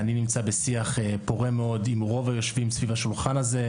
אני נמצא בשיח פורה מאוד עם רוב היושבים סביב השולחן הזה,